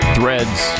Threads